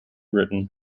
written